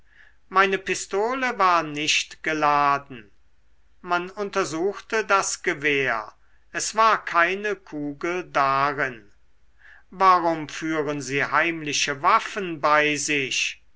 meine pistole war nicht geladen man untersuchte das gewehr es war keine kugel darin warum führen sie heimliche waffen bei sich